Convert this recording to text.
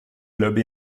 clubs